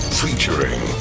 featuring